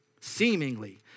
seemingly